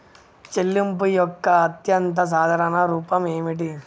చెల్లింపు యొక్క అత్యంత సాధారణ రూపం ఏమిటి?